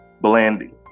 Blandy